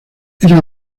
era